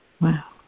Wow